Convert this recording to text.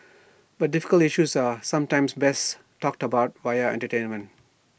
but difficult issues are sometimes best talked about via entertainment